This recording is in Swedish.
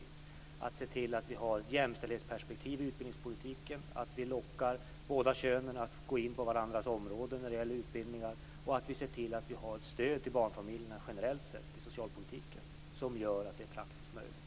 Vi måste se till att det finns ett jämställdhetsperspektiv i utbildningspolitiken, att vi lockar båda könen att gå in på varandras områden när det gäller utbildningar och att vi ser till att vi har ett stöd till barnfamiljerna generellt sett i socialpolitiken som gör att detta är praktiskt möjligt.